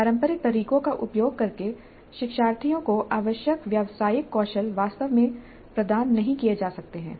पारंपरिक तरीकों का उपयोग करके शिक्षार्थियों को आवश्यक व्यावसायिक कौशल वास्तव में प्रदान नहीं किए जा सकते हैं